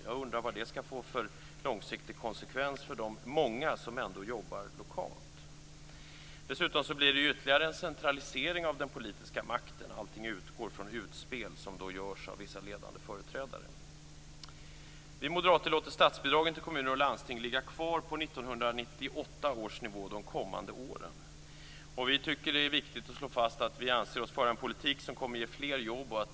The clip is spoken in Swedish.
Jag undrar vad det ger för långsiktiga konsekvenser för dem som jobbar lokalt. Det här kommer att leda till ytterligare centralisering av den politiska makten. Utspel kommer att göras av vissa ledande företrädare. Vi moderater föreslår att statsbidraget till kommuner och landsting skall ligga kvar på 1998 års nivå de kommande åren. Det är viktigt att slå fast att vi anser oss föra en politik som kommer att leda till fler jobb.